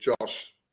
Josh